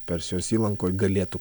persijos įlankoj galėtų